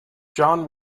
john